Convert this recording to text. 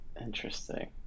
Interesting